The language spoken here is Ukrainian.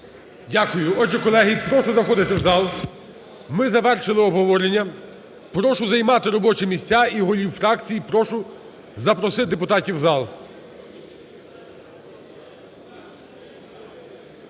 Дякую. Отже, колеги, прошу заходити в зал. Ми завершили обговорення. Прошу займати робочі місця і голів фракцій прошу запросити депутатів в зал.